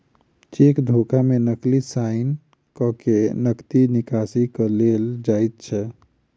cheque धोखा मे नकली साइन क के नगदी निकासी क लेल जाइत छै